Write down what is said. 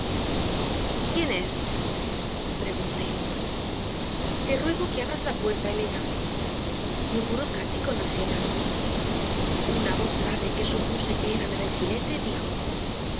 quién es pregunté te ruego que abras la puerta elena murmuró cati con ansiedad una voz grave que supuse que era la del jinete dijo